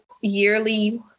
yearly